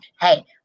hey